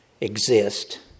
exist